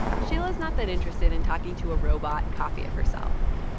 shaila's not that interested in talking to a robot copy of herself.